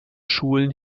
schulen